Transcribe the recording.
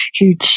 huge